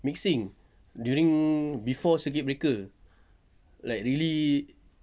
mixing during before circuit breaker like really